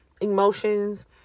emotions